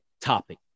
topic